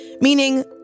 meaning